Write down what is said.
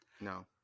No